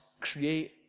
create